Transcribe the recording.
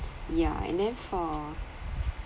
yeah and then for